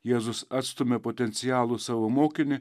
jėzus atstumia potencialų savo mokinį